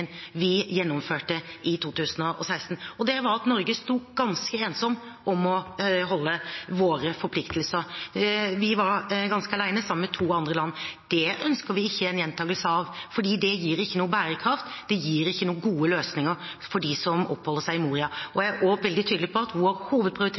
vi gjennomførte i 2016. Det var at Norge sto ganske ensom om å overholde våre forpliktelser. Vi var ganske alene – sammen med to andre land. Det ønsker vi ikke en gjentagelse av, for det gir ikke bærekraft, og det gir ikke gode løsninger for dem som oppholder seg i Moria.